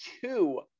two